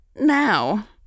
now